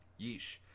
Yeesh